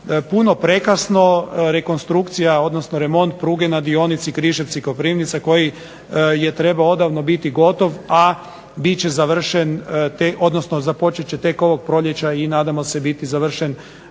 puno prekasno rekonstrukcije, odnosno remont pruge Križevci-Koprivnica koji je trebao odavno biti gotov, a započet će tek ovog proljeća i nadamo se završen